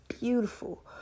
beautiful